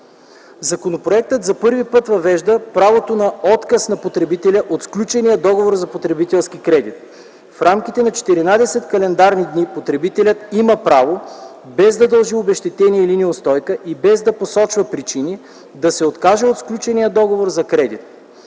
Законопроектът за първи път въвежда правото на отказ на потребителя от сключения договор за потребителски кредит. В рамките на 14 календарни дни потребителят има право, без да дължи обезщетение или неустойка и без да посочва причина, да се откаже от сключения договор за кредит.